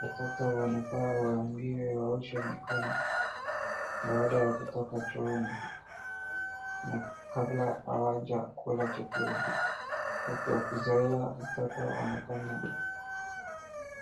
Watoto wanafaa waambiwe waoshe mikono baada ya kutoka chooni kabla hawajakula chakula. Wakizoea mtoto anafanya